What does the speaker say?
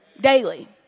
Daily